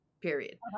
Period